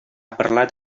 parlat